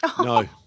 No